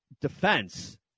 defense